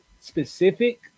specific